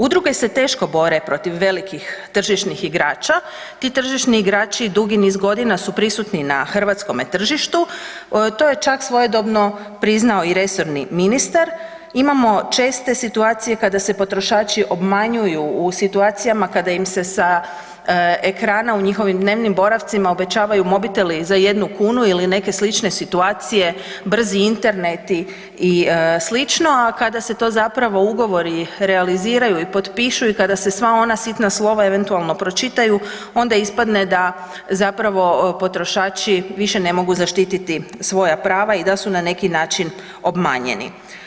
Udruge se teško bore protiv velikih tržišnih igrača, Ti tržišni igrači dugi niz godina su prisutni na hrvatskome tržištu, to je čak svojedobno priznao i resorni ministar, imamo česte situacije kada potrošači obmanjuju u situacijama kada im se sa ekrana u njihovim dnevnim boravcima obećavaju mobiteli za 1 kn ili neke slične situacije, brzi Interneti i slično a kada se to zapravo ugovori realiziraju i potpišu i kada se sva ona sitna slova eventualno pročitaju, onda ispadne da zapravo potrošači više ne mogu zaštititi svoja prava i da su na neki način obmanjeni.